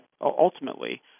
ultimately